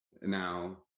now